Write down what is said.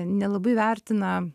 nelabai vertina